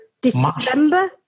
December